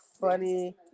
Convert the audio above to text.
funny